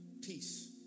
Peace